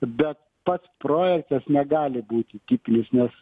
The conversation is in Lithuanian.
bet pats projektas negali būti tipinis nes